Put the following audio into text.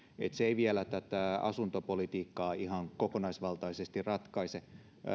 se ei vielä tätä asuntopolitiikkaa ihan kokonaisvaltaisesti ratkaise